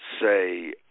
Say